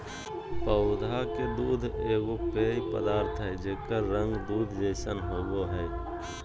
पौधा के दूध एगो पेय पदार्थ हइ जेकर रंग दूध जैसन होबो हइ